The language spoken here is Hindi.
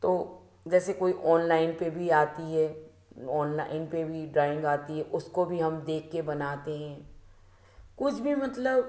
तो जैसे कोई ऑनलाइन पे भी आती है ऑनलाईन पे भी ड्राइंग आती है उसको भी हम देखके बनाते हें कुछ भी मतलब